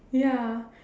ya